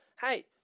hey